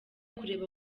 kureba